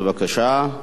בבקשה.